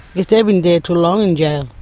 if they've been there too long in jail,